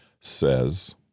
says